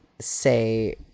say